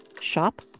shop